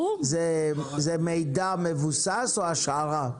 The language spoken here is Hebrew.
זה מידע מבוסס או השערה?